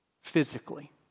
physically